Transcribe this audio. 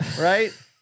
right